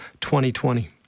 2020